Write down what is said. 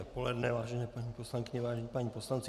Dobré poledne, vážené paní poslankyně, vážení páni poslanci.